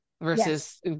versus